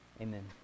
Amen